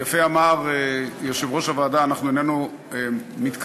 יפה אמר יושב-ראש הוועדה: אנחנו איננו מתכוונים,